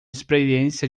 experiência